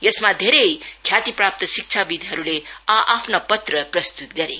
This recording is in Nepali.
यसमा धेरै ख्यातिप्राप्त शिक्षापिद्हरूले आ आफ्ना पत्र प्रस्तुत गरे